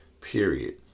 period